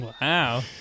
Wow